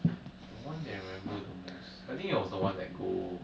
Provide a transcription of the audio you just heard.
the one that I remember the most I think it was the one that go